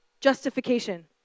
justification